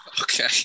okay